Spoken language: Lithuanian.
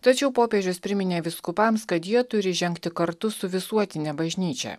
tačiau popiežius priminė vyskupams kad jie turi žengti kartu su visuotine bažnyčia